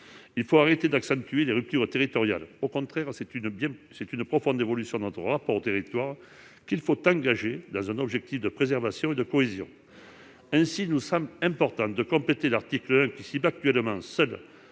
Il faut arrêter d'accentuer les ruptures territoriales. Au contraire, il faut engager une profonde évolution de notre rapport aux territoires, dans un objectif de préservation et de cohésion. Aussi, il nous semble important de compléter l'article 1 qui cible les seules